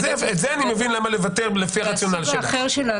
זה אני מבין למה לבטל לפי הרציונל שלך.